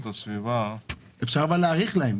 הסביבה --- אבל אפשר להאריך להם,